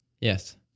Yes